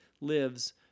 lives